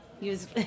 Use